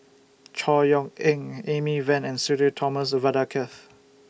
Chor Yeok Eng Amy Van and Sudhir Thomas Vadaketh